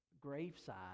graveside